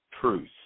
truth